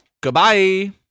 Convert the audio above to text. Goodbye